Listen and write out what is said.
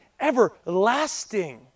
everlasting